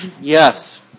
Yes